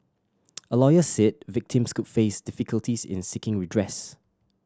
a lawyer said victims could face difficulties in seeking redress